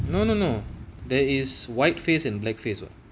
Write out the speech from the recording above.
no no no there is white face in black face [what]